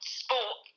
sport